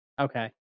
Okay